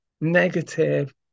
negative